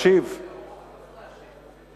צריך